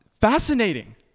fascinating